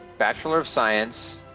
bachelor of science,